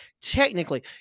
technically